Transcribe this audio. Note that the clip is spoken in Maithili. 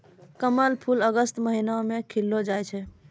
कमल फूल अगस्त महीना मे खिललो जाय छै